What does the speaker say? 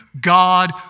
God